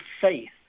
faith